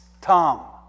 Tom